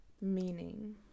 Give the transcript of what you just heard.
meaning